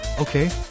okay